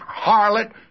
harlot